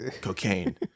cocaine